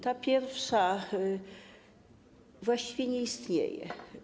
Ta pierwsza właściwie nie istnieje.